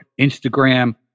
Instagram